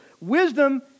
wisdom